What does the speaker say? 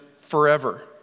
forever